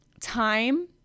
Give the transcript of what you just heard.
time